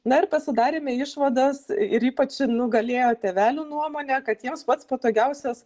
na ir pasidarėme išvadas ir ypač nugalėjo tėvelių nuomonė kad jiems pats patogiausias